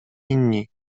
inni